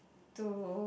to